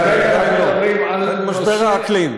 כרגע אנחנו מדברים על משבר האקלים.